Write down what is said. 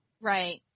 Right